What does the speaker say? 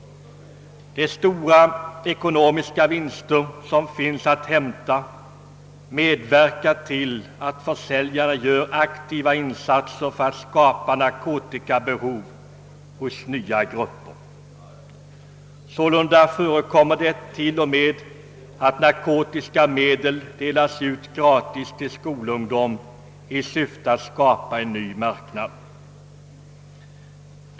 De stora ekonomiska vinster som finns att hämta medverkar till att försäljare gör aktiva insatser för att skapa narkotikabehov hos nya grupper. Sålunda förekommer det t.o.m. att narkotiska medel delas ut gratis till skolungdom i syfte att skapa en ny marknad.